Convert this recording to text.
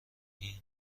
این